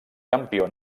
campió